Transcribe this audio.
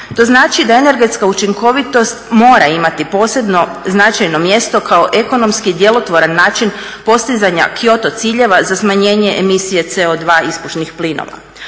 To znači da energetska učinkovitost mora imati posebno značajno mjesto kao ekonomski i djelotvoran način postizanja Kyoto ciljeva za smanjenje emisije CO2 ispušnih plinova.